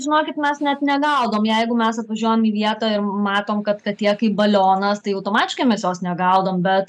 žinokit mes net negaudom jeigu mes atvažiuojam į vietą ir matom kad katė kaip balionas tai automatiškai mes jos negaudom bet